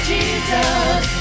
Jesus